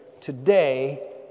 today